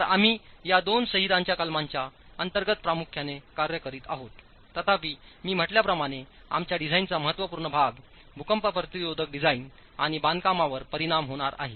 तर आम्ही या दोन संहितांच्या कलमांच्या अंतर्गत प्रामुख्याने कार्य करीत आहोततथापि मी म्हटल्याप्रमाणे आमच्या डिझाइनचा महत्त्वपूर्ण भाग भूकंप प्रतिरोधक डिझाईन आणि बांधकामांवर परिणाम होणार आहे